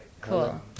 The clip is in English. Cool